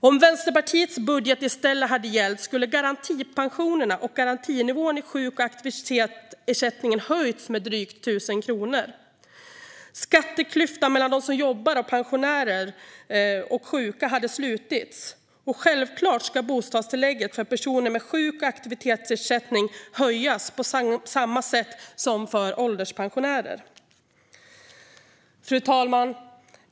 Om Vänsterpartiets budget i stället hade gällt skulle garantipensionen och garantinivån i sjuk och aktivitetsersättningen ha höjts med drygt 1 000 kronor i månaden. Skatteklyftan mellan dem som jobbar och pensionärer och sjuka hade slutits. Och självklart skulle bostadstillägget för personer med sjuk och aktivitetsersättning ha höjts på samma sätt som för ålderspensionärer. Fru talman!